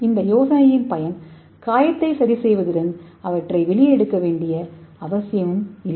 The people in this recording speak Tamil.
இந்த யோசனையின் பயன் காயத்தை சரி செய்வதுடன்அவை பயோ கம்பாடிப்பில் ஆகும் மற்றும் அவற்றை வெளியே எடுக்க வேண்டிய அவசியமில்லை